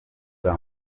bwa